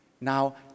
Now